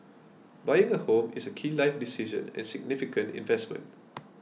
buying a home is a key life decision and significant investment